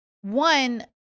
one